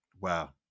Wow